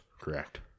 correct